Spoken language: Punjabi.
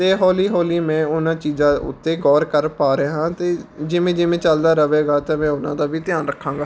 ਅਤੇ ਹੌਲੀ ਹੌਲੀ ਮੈਂ ਉਹਨਾਂ ਚੀਜ਼ਾਂ ਉੱਤੇ ਗੌਰ ਕਰ ਪਾ ਰਿਹਾ ਹਾਂ ਅਤੇ ਜਿਵੇਂ ਜਿਵੇਂ ਚੱਲਦਾ ਰਹੇਗਾ ਤਾਂ ਮੈਂ ਉਹਨਾਂ ਦਾ ਵੀ ਧਿਆਨ ਰੱਖਾਂਗਾ